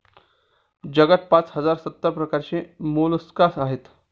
जगात पाच हजार सत्तर प्रकारचे मोलस्कास आहेत